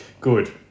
Good